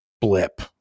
blip